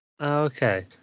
Okay